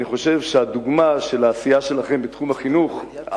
אני חושב שהדוגמה של העשייה שלכם בתחום החינוך,